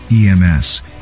EMS